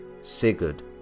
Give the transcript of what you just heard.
Sigurd